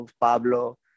Pablo